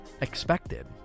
expected